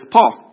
Paul